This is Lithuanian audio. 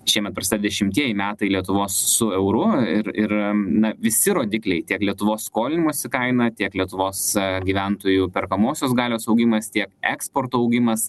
šiemet per sa dešimtieji metai lietuvos su euru ir ir na visi rodikliai tiek lietuvos skolinimosi kaina tiek lietuvos gyventojų perkamosios galios augimas tiek eksporto augimas